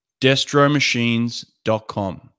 DestroMachines.com